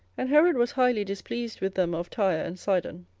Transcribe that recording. and herod was highly displeased with them of tyre and sidon